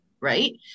right